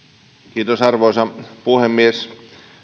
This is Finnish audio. alueella arvoisa puhemies